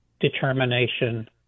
determination